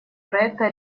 проекта